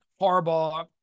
Harbaugh